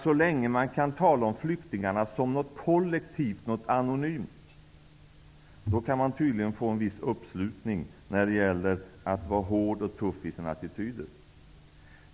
Så länge man kan tala om flyktingarna som ett kollektiv, något anonymt, då kan man tydligen få en viss uppslutning när det gäller att vara hård och tuff i sin attityd.